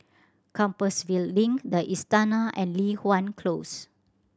Compassvale Link The Istana and Li Hwan Close